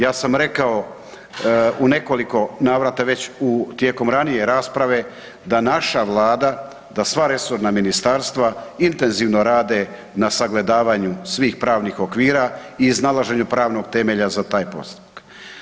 Ja sam rekao u nekoliko navrata već tijekom ranije rasprave da naša Vlada, da sva resorna ministarstva intenzivno rade na sagledavanju svih pravnih okvira i iznalaženju pravnog temelja za taj posao.